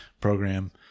program